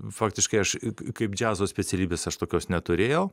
faktiškai aš kaip džiazo specialybės aš tokios neturėjau